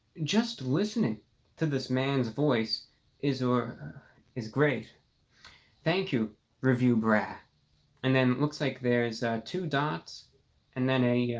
just listening to this man's voice is or is great thank you review breath and then it looks like there's two dots and then a yeah